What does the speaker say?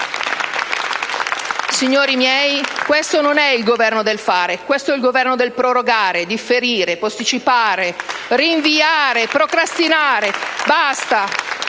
Signori miei, questo non è il Governo del fare, questo è il Governo del prorogare, differire, posticipare, rinviare, procrastinare. Basta!